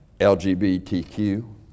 LGBTQ